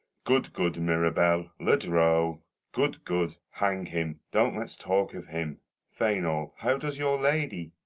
good, good, mirabell, le drole! good, good, hang him, don't let's talk of him fainall, how does your lady?